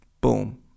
Boom